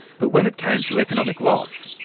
but when it came to economic loss,